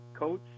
coach